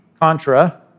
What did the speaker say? contra